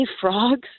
frogs